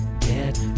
Get